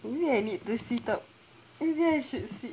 maybe I need to sit up maybe I should sit